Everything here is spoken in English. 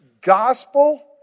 gospel